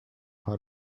how